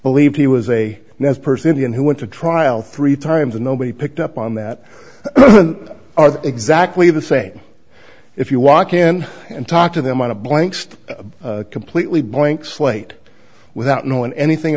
believed he was a nice person who went to trial three times and nobody picked up on that are exactly the same if you walk in and talk to them on a blank completely blank slate without knowing anything